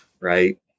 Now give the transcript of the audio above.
right